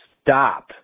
stop